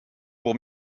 pour